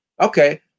Okay